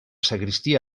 sagristia